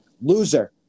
Loser